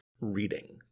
reading